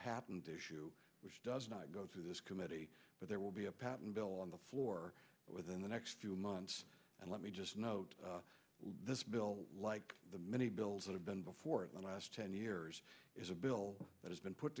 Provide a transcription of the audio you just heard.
patent issue which does not go through this committee but there will be a patent bill on the floor within the next few months and let me just note this bill like many bills that have been before the last ten years is a bill that has been put